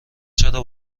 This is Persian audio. چرا